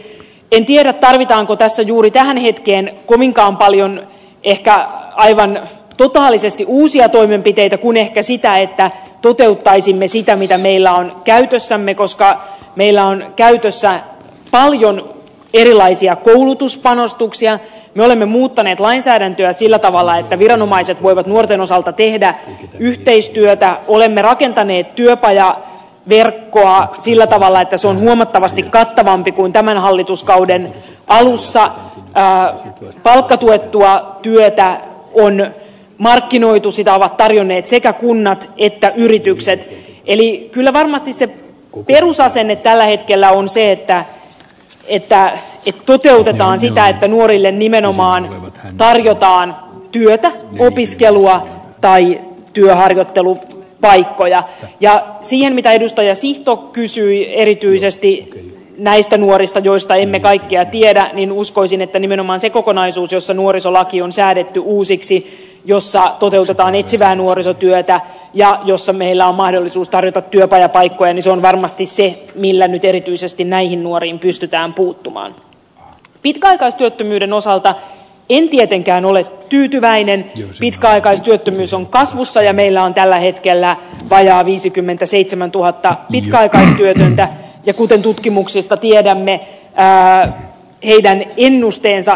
en tiedä tarvitaanko tässä juuri tähän hetkeen kovinkaan paljon ehkä aivan totaalisesti uusia toimenpiteitä kun ehkä sitä että toteuttaisimme sitä mitä niillä käydessäni koska niillä on käytössään paljon erilaisia koulutuspanostuksia me olemme muuttaneet lainsäädäntöä sillä tavalla että viranomaiset voivat nuorten osalta tehdä yhteistyötä olemme rakentaneet työpaja verkkoa sillä tavalla että sun miellyttävästi kattavampi kuin tämän hallituskauden ahlssä är palkkatuettua työtä elonen markkinoitu sitä ovat tarjonneet sekä kunnan että yritykset eli kyllä varmasti se perusasenne tällä hetkellä on se että siitä ei peitelty vaan siltä että nuorille nimenomaan tarjotaan työtä opiskelua tai työharjoittelu paikkoja ja siihen mitä edustajasihto kysyi erityisesti näistä nuorista joista ennen kaikkea tiedä niin uskoisin että nimenomaan se kokonaisuus jossa nuorisolaki on säädetty uusiksi jossa toteutetaan etsivää nuorisotyötä ja jossa niillä on mahdollisuus tarjota työpajapaikkojani se on varmasti siihen millä nyt erityisesti näihin nuoriin pystytään puuttumaan pitkäaikaistyöttömyyden osalta hitlerinkään ole tyytyväinen pitkäaikaistyöttömyys on kasvussa ja meillä on tällä hetkellä vajaa viisikymmentäseitsemäntuhatta mikä aika lentää kuten tutkimuksista tulee tänne jää heidän ennusteensa